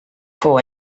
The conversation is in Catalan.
fou